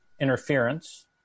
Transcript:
interference